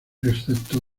excepto